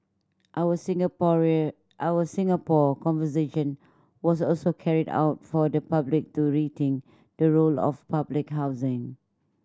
our Singaporean our Singapore Conversation was also carried out for the public to rethink the role of public housing